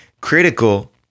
critical